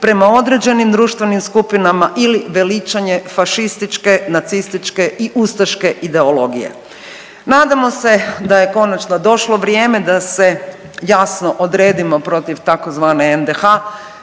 prema određenih društvenim skupinama ili veličanje fašističke, nacističke i ustaške ideologije. Nadamo se da je konačno došlo vrijeme da se jasno odredimo protiv tzv. NDH